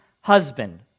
husband